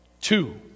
two